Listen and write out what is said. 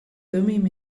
thummim